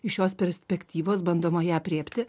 iš šios perspektyvos bandoma ją aprėpti